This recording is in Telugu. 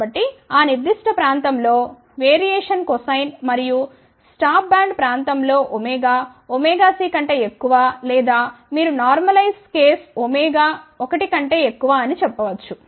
కాబట్టి ఆ నిర్దిష్ట ప్రాంతం లో వైవిధ్యం కొసైన్ మరియు స్టాప్ బ్యాండ్ ప్రాంతం లో c కంటే ఎక్కువ లేదా మీరు నార్మలెైజ్ కేస్ 1 కంటే ఎక్కువ అని చెప్పవచ్చు